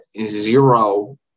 zero